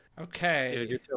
Okay